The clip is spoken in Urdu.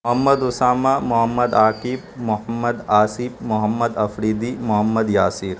محمد اسامہ محمد عاقب محمد آصف محمد آفریدی محمد یاسر